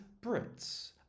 Brits